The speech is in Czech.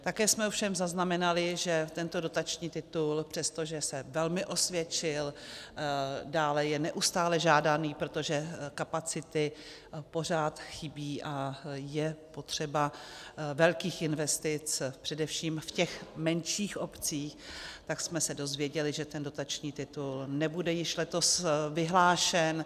Také jsme ovšem zaznamenali, že tento dotační titul přestože se velmi osvědčil, dále je neustále žádaný, protože kapacity pořád chybí a je potřeba velkých investic především v těch menších obcích, tak jsme se dozvěděli, že ten dotační titul nebude již letos vyhlášen.